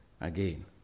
Again